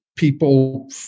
People